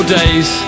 days